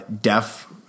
deaf